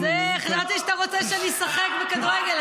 חשבתי שאתה רוצה שאני אשחק בכדורגל.